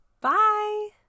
Bye